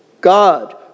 god